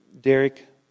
Derek